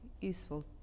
useful